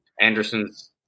anderson's